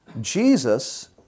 Jesus